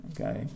Okay